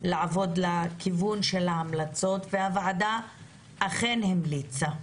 לעבוד בכיוון ההמלצות, והוועדה אכן המליצה.